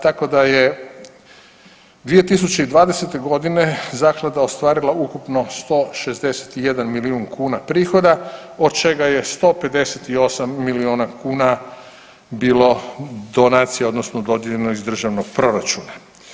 Tako da je 2020.g. zaklada ostvarila ukupno 161 milijun kuna prihoda, od čega je 158 milijuna kuna bilo donacije odnosno dodijeljeno iz državnog proračuna.